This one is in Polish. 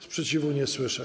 Sprzeciwu nie słyszę.